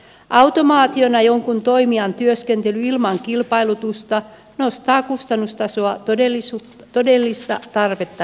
automaationa jonkun toimijan työskentely ilman kilpailutusta nostaa kustannustasoa todellista tarvetta nopeammin